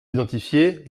identifiées